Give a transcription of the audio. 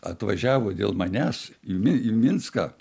atvažiavo dėl manęs į mi minską